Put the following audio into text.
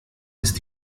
ist